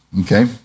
okay